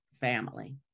family